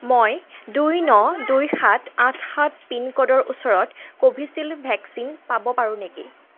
মই দুই ন দুই সাত আঠ সাত পিনক'ডৰ ওচৰত কোভিচিল্ড ভেকচিন পাব পাৰোঁ নেকি